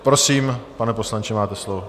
Prosím, pane poslanče, máte slovo.